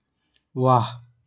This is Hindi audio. वाह